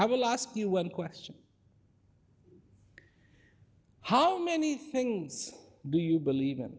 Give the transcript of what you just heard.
i will ask you one question how many things do you believe in